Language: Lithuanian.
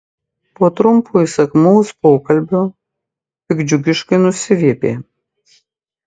po trumpo įsakmaus pokalbio piktdžiugiškai nusiviepė